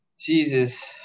Jesus